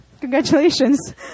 Congratulations